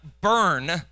burn